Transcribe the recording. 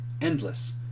endless